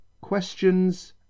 QUESTIONS